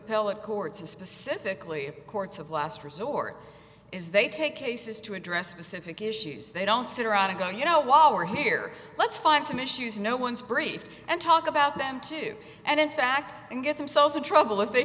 pellate courts is specifically courts of last resort is they take cases to address specific issues they don't sit around and go you know while we're here let's find some issues no one's brief and talk about them too and in fact and get themselves in trouble if they